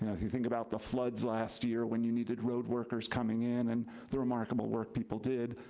and if you think about the floods last year, when you needed road workers coming in and the remarkable work people did,